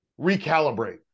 recalibrate